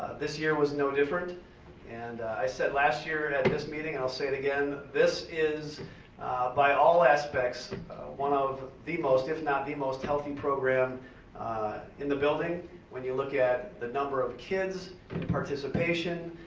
this year was no different and i said last year and at this meeting, i'll say it again this is by all aspects one of the most, if not, the most healthy program in the building when you look at the number of kids in participation,